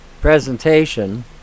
presentation